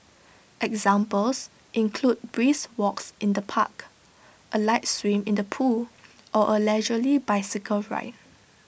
examples include brisk walks in the park A light swim in the pool or A leisurely bicycle ride